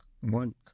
one